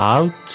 Out